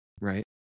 right